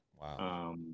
Wow